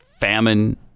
famine